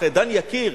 דן יקיר,